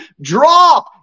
drop